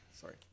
Sorry